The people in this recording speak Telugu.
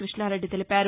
కృష్ణరెడ్డి తెలిపారు